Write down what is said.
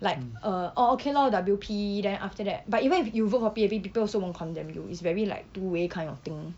like uh orh okay lor W_P then after that but even if you vote for P_A_P people also won't condemn you is very like two way kind of thing